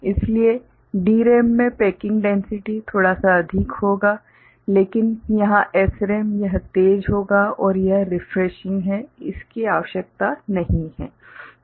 इसलिए DRAM में packing density थोड़ा सा अधिक होगा लेकिन यहाँ SRAM यह तेज़ होगा और यह रिफ्रेशिंग है इसकी आवश्यकता नहीं है